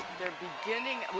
they're beginning,